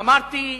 אמרתי: